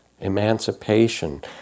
emancipation